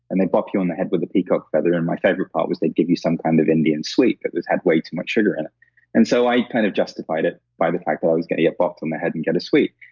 and they bop you on the head with a peacock feather. and my favorite part was they'd give you some kind of indian sweet but that had way too much sugar in and so, i kind of justified it by the fact that but i was going to get bopped on the head and get a sweet.